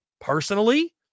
personally